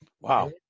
Wow